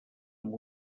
amb